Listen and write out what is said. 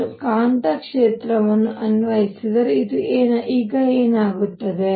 ನಾನು ಕಾಂತಕ್ಷೇತ್ರವನ್ನು ಅನ್ವಯಿಸಿದರೆ ಈಗ ಏನಾಗುತ್ತದೆ